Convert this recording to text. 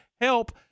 help